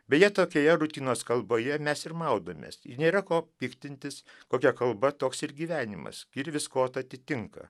beje tokioje rutinos kalboje mes ir maudomės ir nėra ko piktintis kokia kalba toks ir gyvenimas kirvis kotą atitinka